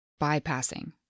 bypassing